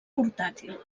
portàtil